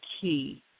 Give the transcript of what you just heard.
key